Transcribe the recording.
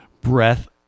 breath